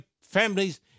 families